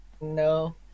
no